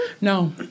No